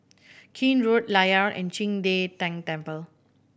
Keene Road Layar and Qing De Tang Temple